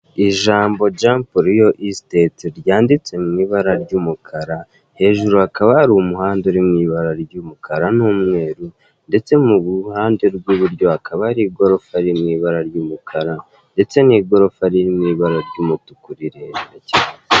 Ijambo JUMP REAL E-STATE ryanditse mu ibara ry'umukara, hejuru hakaba hari umuhanda uri mu ibara ry'umukara n'umweru ndetse mu ruhande rw'iburyo hakaba hari igorofa riri mu ibara ry'umukara ndetse n'igorofa riri mu ibara ry'umutuku rirerire cyane.